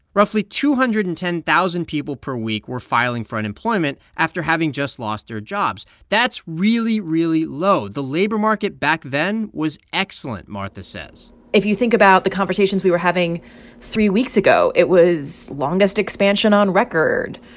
roughly two hundred and ten thousand people per week were filing for unemployment after having just lost their jobs. that's really, really low. the labor market back then was excellent, martha says if you think about the conversations we were having three weeks ago, it was longest expansion on record,